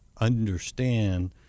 understand